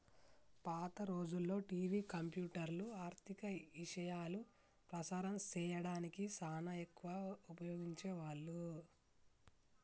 పాత రోజుల్లో టివి, కంప్యూటర్లు, ఆర్ధిక ఇశయాలు ప్రసారం సేయడానికి సానా ఎక్కువగా ఉపయోగించే వాళ్ళు